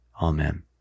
Amen